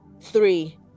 three